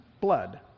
blood